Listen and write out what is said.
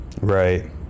Right